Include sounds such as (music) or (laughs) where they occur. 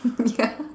(laughs) ya